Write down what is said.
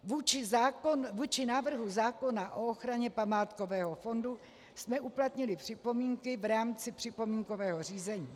Vůči návrhu zákona o ochraně památkového fondu jsme uplatnili připomínky v rámci připomínkového řízení.